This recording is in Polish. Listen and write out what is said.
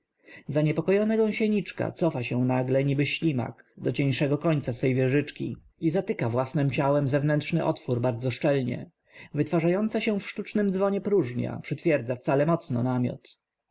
zaniepokojona gąsieniczka cofa się nagle niby ślimak do cieńszego końca swej wieżyczki i zatyka własnem ciałem zewnętrzny otwór bardzo szczelnie wytwarzająca się w sztucznym dzwonie próżnia przytwierdza wcale mocno namiot